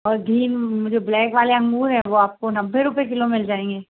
और ग्रीन में जो ब्लैक वाले अंगूर हैं वो आपको नब्बे रुपये किलो मिल जाएँगे